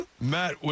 Matt